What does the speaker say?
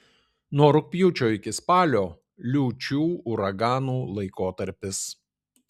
nuo rugpjūčio iki spalio liūčių uraganų laikotarpis